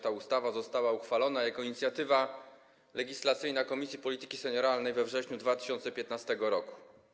Ta ustawa została uchwalona jako inicjatywa legislacyjna Komisji Polityki Senioralnej we wrześniu 2015 r.